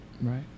right